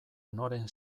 noren